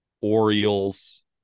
Orioles